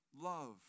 love